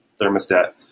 thermostat